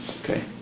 Okay